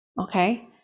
Okay